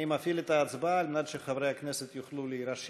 אני מפעיל את ההצבעה על מנת שחברי הכנסת יוכלו להירשם,